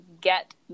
get